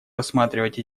рассматривать